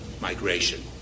migration